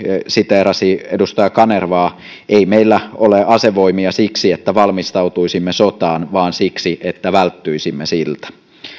siteerasi edustaja kanervaa ei meillä ole asevoimia siksi että valmistautuisimme sotaan vaan siksi että välttyisimme siltä